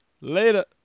Later